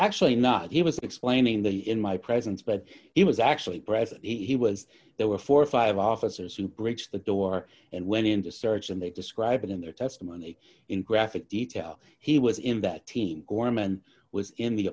actually not he was explaining the in my presence but it was actually breath he was there were four or five officers who breaks the door and went in the search and they describe it in their testimony in graphic detail he was in that team gorman was in the